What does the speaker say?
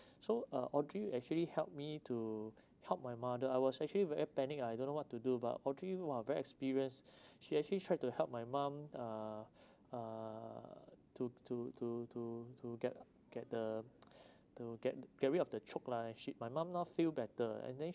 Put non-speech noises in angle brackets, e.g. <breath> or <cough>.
so uh audrey actually helped me to help my mother I was actually very panic lah I don't know what to do but audrey !wah! very experienced <breath> she actually tried to help my mum uh uh to to to to to get get the <noise> <breath> to get get rid of the choke lah actually my mum now feel better and then